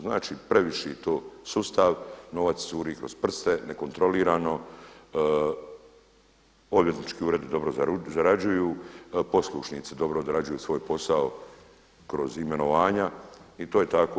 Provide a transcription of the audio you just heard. Znači previše to sustav novac curi kroz prste, nekontrolirano, odvjetnički uredi dobro zarađuju, poslušnici dobro odrađuju svoj posao kroz imenovanja i to je tako.